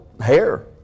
hair